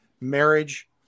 marriage